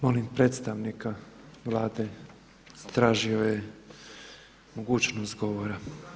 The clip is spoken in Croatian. Molim predstavnika Vlade zatražio je mogućnost govora.